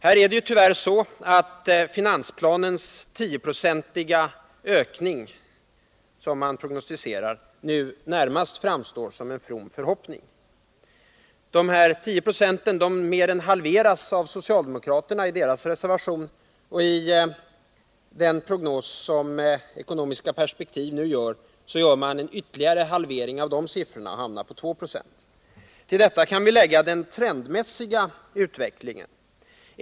Här är det tyvärr så att den 10-procentiga ökning som prognostiseras i finansplanen nu närmast framstår som en from förhoppning. Dessa 10 96 mer än halveras av de socialdemokratiska reservanterna, och i den prognos som Ekonomiska Perspektiv nu gör blir det en ytterligare halvering av dessa siffror; man hamnar på 2 90. Till detta kan vi lägga den trendmässiga utvecklingen.